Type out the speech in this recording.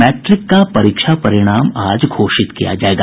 matric का परीक्षा परिणाम आज घोषित किया जायेगा